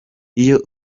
iyo